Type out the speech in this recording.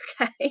Okay